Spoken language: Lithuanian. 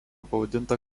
pavadinta